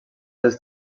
dels